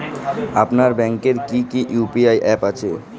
আপনার ব্যাংকের কি কি ইউ.পি.আই অ্যাপ আছে?